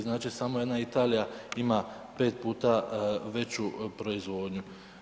Znači samo jedna Italija ima 5 puta veću proizvodnju.